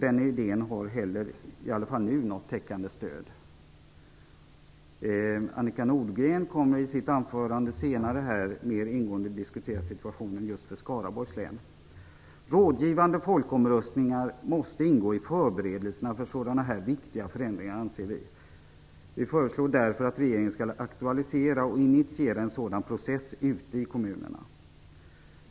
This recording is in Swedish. Den idéen har heller inte, i alla fall inte nu, något täckande stöd. Annika Nordgren kommer senare i sitt anförande mer ingående att diskutera situationen just för Skaraborgs län. Rådgivande folkomröstningar måste ingå i förberedelserna för sådana viktiga förändringar, anser vi. Vi föreslår därför att regeringen skall aktualisera och initiera en sådan process ute i kommunerna.